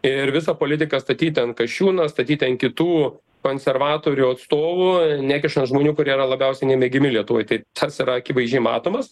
ir visą politiką statyti ant kasčiūno statyti ant kitų konservatorių atstovų nekišant žmonių kurie yra labiausiai nemėgiami lietuvoj tai tas yra akivaizdžiai matomas